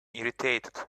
irritated